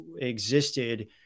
existed